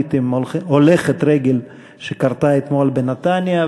הנוראית שנהרגה בה הולכת רגל אתמול בנתניה.